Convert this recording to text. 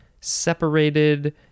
Separated